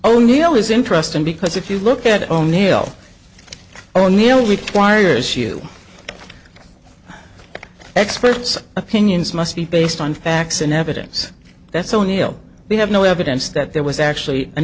all neil is interesting because if you look at o'neill o'neill requires you experts opinions must be based on facts and evidence that's o'neill we have no evidence that there was actually an